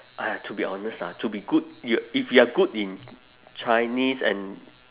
!aiya! to be honest ah to be good you if you are good in chinese and